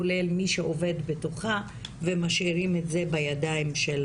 כולל מי שעובד בתוכה ומשאירים את זה בידיים של